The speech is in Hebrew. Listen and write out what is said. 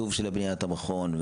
התקצוב של בניית המכון,